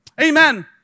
Amen